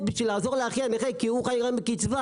כדי לעזור לאחי הנכה כי הוא חי רק מקצבה